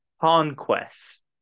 Conquest